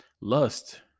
Lust